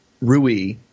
Rui